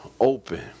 open